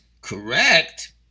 correct